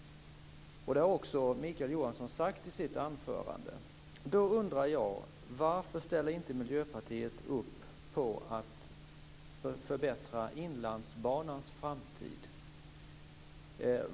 Detta sade också Mikael Johansson i sitt anförande. Då undrar jag: Varför ställer Miljöpartiet inte upp på att förbättra Inlandsbanans framtid?